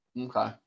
Okay